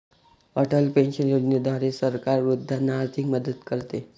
Atal pension योजनेद्वारे सरकार वृद्धांना आर्थिक मदत करते